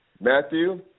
Matthew